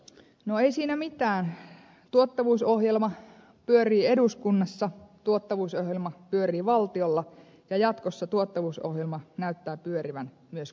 no ei siinä mitään tuottavuusohjelma pyörii eduskunnassa tuottavuusohjelma pyörii valtiolla ja jatkossa tuottavuusohjelma näyttää pyörivän myös kunnissa